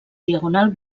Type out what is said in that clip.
diagonal